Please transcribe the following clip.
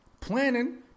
Planning